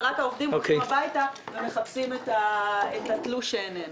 ורק העובדים הולכים הביתה ומחפשים את התלוש שאיננו.